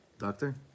Doctor